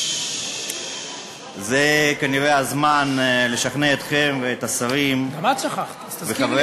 זה כנראה הזמן לשכנע אתכם ואת השרים וחברי